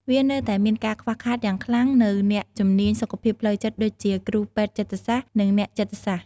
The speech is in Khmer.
វានៅតែមានការខ្វះខាតយ៉ាងខ្លាំងនូវអ្នកជំនាញសុខភាពផ្លូវចិត្តដូចជា គ្រូពេទ្យចិត្តសាស្ត្រ និងអ្នកចិត្តសាស្រ្ត។